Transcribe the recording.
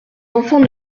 enfants